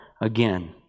again